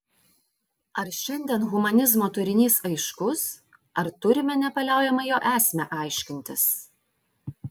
ar šiandien humanizmo turinys aiškus ar turime nepaliaujamai jo esmę aiškintis